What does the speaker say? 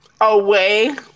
Away